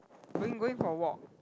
going going for a walk